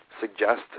suggest